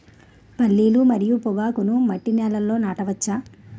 పల్లీలు మరియు పొగాకును మట్టి నేలల్లో నాట వచ్చా?